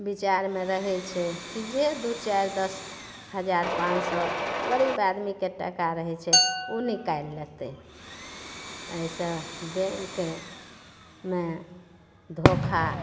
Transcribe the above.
बिचारमे रहै छै की जे दू चारि दस हजार पाॅंच सए गरीब आदमीके टाका रहै छै ओ निकालि लेतै एहिसॅं बैंकेमे धोखा